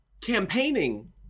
campaigning